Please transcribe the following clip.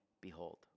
behold